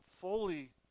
fully